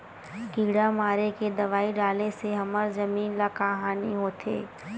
किड़ा मारे के दवाई डाले से हमर जमीन ल का हानि होथे?